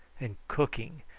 and cooking,